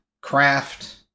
craft